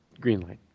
Greenlight